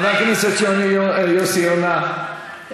חבר הכנסת יוסי יונה,